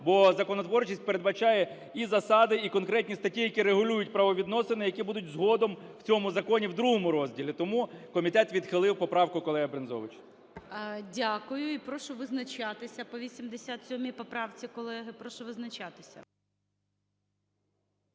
Бо законотворчість передбачає і засади, і конкретні статті, які регулюють правовідносини, які будуть згодом в цьому законі в другому розділі. Тому комітет відхилив поправку колеги Брензовича. ГОЛОВУЮЧИЙ. Дякую. І прошу визначатися по 87 поправці, колеги,